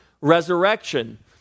resurrection